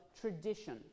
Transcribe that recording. tradition